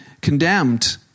condemned